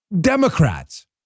Democrats